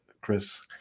Chris